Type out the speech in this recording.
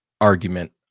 argument